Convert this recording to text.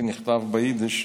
המאמר נכתב ביידיש,